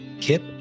Kip